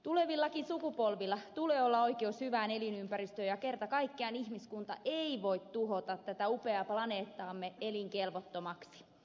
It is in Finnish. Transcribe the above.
tulevillakin sukupolvilla tulee olla oikeus hyvään elinympäristöön ja kerta kaikkiaan ihmiskunta ei voi tuhota tätä upeaa planeettaamme elinkelvottomaksi